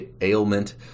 ailment